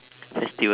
festival